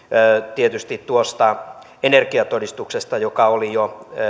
tietysti tuosta energiatodistuksesta joka oli jo